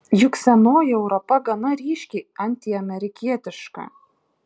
juk senoji europa gana ryškiai antiamerikietiška